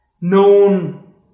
known